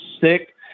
sick